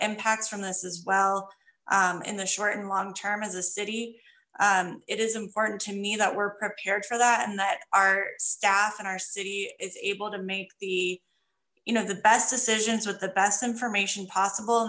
impacts from this as well in the short and long term as a city it is important to me that we're prepared for that and that our staff in our city is able to make the you know the best decisions with the best information possible